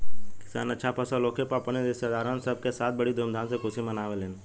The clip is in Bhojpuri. किसान अच्छा फसल होखे पर अपने रिस्तेदारन सब के साथ बड़ी धूमधाम से खुशी मनावेलन